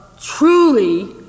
truly